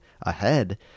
ahead